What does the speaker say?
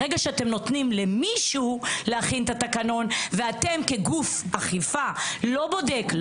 כאשר אתם נותנים למישהו להכין את התקנון אתם כגוף אכיפה לא בודקים,